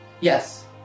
yes